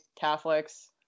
Catholics